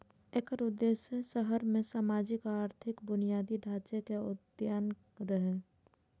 एकर उद्देश्य शहर मे सामाजिक आ आर्थिक बुनियादी ढांचे के उन्नयन रहै